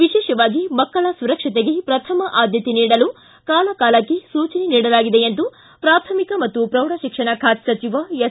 ವಿಶೇಷವಾಗಿ ಮಕ್ಕಳ ಸುರಕ್ಷತೆಗೆ ಪ್ರಥಮ ಆದ್ಯಕೆ ನೀಡಲು ಕಾಲಕಾಲಕ್ಕೆ ಸೂಚನೆಗಳನ್ನು ನೀಡಲಾಗಿದೆ ಎಂದು ಪ್ರಾಥಮಿಕ ಮತ್ತು ಪ್ರೌಢಶಿಕ್ಷಣ ಖಾತೆ ಸಚಿವ ಎಸ್